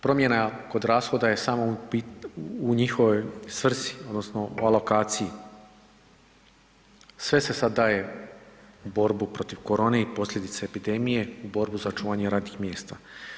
Promjena kod rashoda je samo u njihovoj svrsi odnosno alokaciji, sve se sad daje u borbu protiv korone i posljedice epidemije, u borbu za očuvanje radnih mjesta.